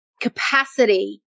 capacity